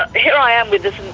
here i am with this,